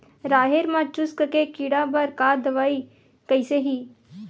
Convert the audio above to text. राहेर म चुस्क के कीड़ा बर का दवाई कइसे ही?